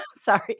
Sorry